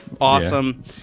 Awesome